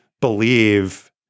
believe